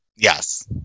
Yes